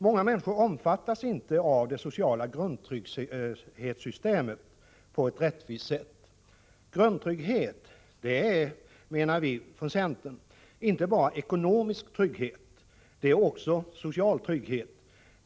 Många omfattas inte av det sociala grundtrygghetssystemet på ett rättvist sätt. Grundtrygghet är, menar vi från centern, inte bara ekonomisk trygghet utan också social trygghet.